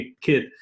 kid